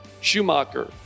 Schumacher